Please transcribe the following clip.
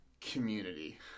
community